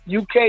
UK